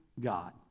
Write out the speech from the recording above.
God